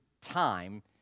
time